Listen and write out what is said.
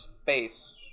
space